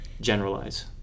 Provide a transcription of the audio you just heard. generalize